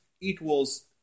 equals